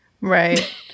Right